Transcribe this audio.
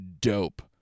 dope